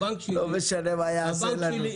לא משנה מה הוא יעשה לנו.